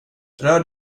rör